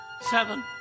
Seven